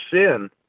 sin